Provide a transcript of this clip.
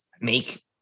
make